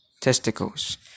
testicles